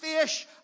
fish